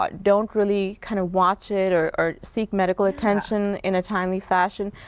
but don't really kind of watch it or or seek medical attention in a timely fashion,